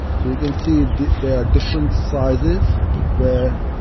so you can see they are different sizes where